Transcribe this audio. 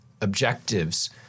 objectives